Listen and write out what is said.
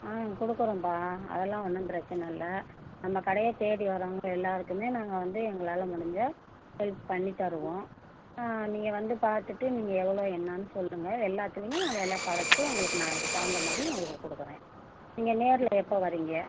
ஆ கொடுக்குறோம்ப்பா அதலாம் ஒன்றும் பிரச்சனை இல்லை நம்ப கடையே தேடி வரவங்க எல்லாருக்குமே நாங்கள் வந்து எங்களால் முடிஞ்ச போய் பண்ணித்தருவோம் நீங்கள் வந்து பார்த்துட்டு நீங்கள் எவ்வளோ என்னானு சொல்லுங்கள் எல்லாத்துலயும் நான் விள குறச்சு உங்களுக்கு அது தகுந்த மாதிரி நான் உங்களுக்கு கொடுக்குறேன் நீங்கள் நேரில் எப்போ வரீங்க